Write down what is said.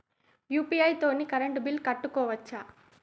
UPI తోని current bill కట్టుకోవచ్ఛా?